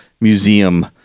museum